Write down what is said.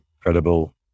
incredible